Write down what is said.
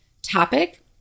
topic